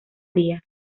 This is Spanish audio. día